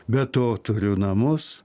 be to turiu namus